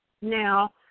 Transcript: now